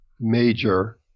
major